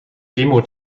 demo